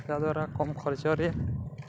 ତାହାଦ୍ଵାରା କମ୍ ଖର୍ଚ୍ଚରେ ଏବଂ